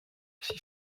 fit